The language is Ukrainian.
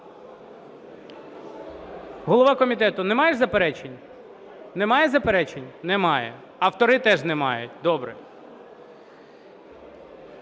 Голова комітету, немає ж заперечень? Немає заперечень? Немає. Автори теж не мають? Добре.